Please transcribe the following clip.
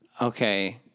Okay